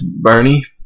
Bernie